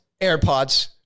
AirPods